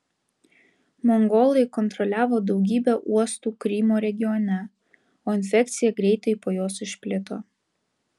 mongolai kontroliavo daugybę uostų krymo regione o infekcija greitai po juos išplito